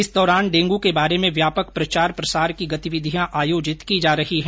इस दौरान डेंगू के बारे में व्यापक प्रचार प्रसार की गतिविधियां आयोजित की जा रही है